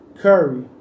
Curry